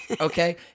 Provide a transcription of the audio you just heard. Okay